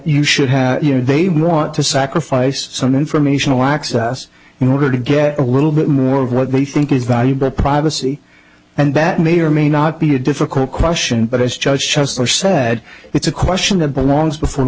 you should have here they want to sacrifice some informational access in order to get a little bit more of what we think is valuable privacy and that may or may not be a difficult question but as judge shuster said it's a question that belongs before